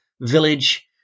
village